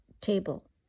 table